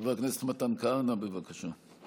חבר הכנסת מתן כהנא, בבקשה.